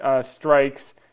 strikes